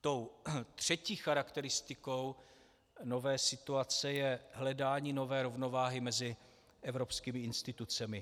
Tou třetí charakteristikou nové situace je hledání nové rovnováhy mezi evropskými institucemi.